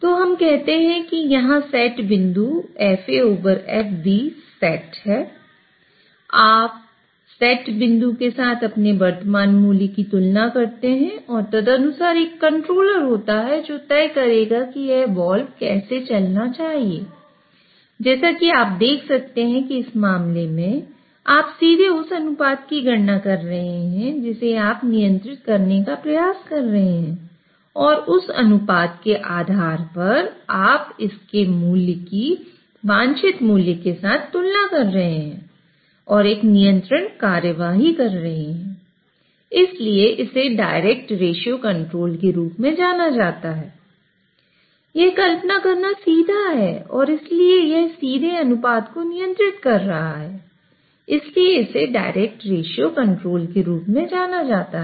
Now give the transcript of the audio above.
तो हम कहते हैं कि यहाँ सेट बिंदु के रूप में जाना जाता है